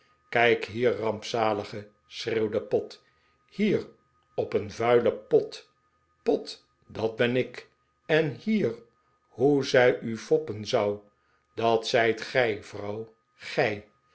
kijk hier rampzalige schreeuwde pott hier op een vuilen pot i pot dat ben ik en hier hoe zij u foppen zou dat zijt gij vrouw